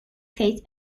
face